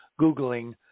Googling